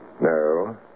No